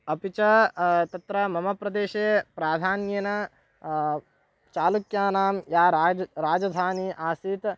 अपि च तत्र मम प्रदेशे प्राधान्येन चालुक्यानां या राज् राजधानी आसीत्